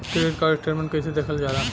Credit card statement कइसे देखल जाला?